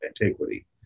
antiquity